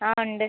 ആ ഉണ്ട്